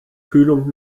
kühlung